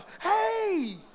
hey